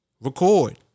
Record